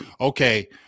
okay